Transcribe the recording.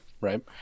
right